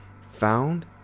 found